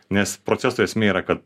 nes proceso esmė yra kad